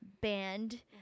band